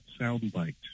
soundbite